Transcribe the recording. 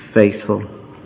faithful